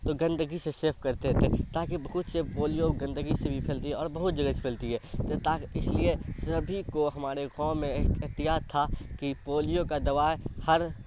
تو گندگی سے سیف کرتے تھے تاکہ بہت سے پولیو گندگی سے بھی پھیلتی ہے اور بہت جگہ سے پھیلتی ہے تو تاکہ اس لیے سبھی کو ہمارے گاؤں میں احتیاط تھا کہ پولیو کا دوا ہر